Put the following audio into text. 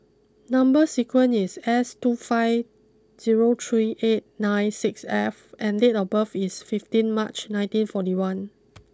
number sequence is S two five zero three eight nine six F and date of birth is fifteen March nineteen forty one